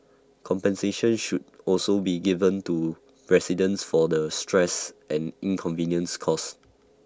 compensation should also be given to residents for the stress and inconvenience caused